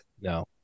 No